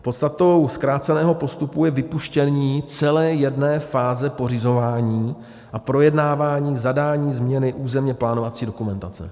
Podstatou zkráceného postupu je vypuštění celé jedné fáze pořizování a projednávání zadání změny územněplánovací dokumentace.